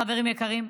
חברים יקרים,